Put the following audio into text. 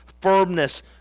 firmness